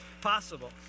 possible